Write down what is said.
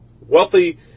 Wealthy